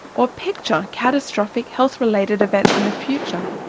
or picture catastrophic health-related events in the future,